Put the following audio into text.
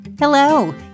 Hello